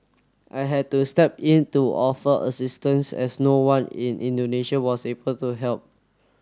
I had to step in to offer assistance as no one in Indonesia was able to help